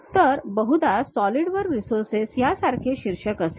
तर बहुधा solidwork resources या सारखे शीर्षक असेल